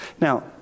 Now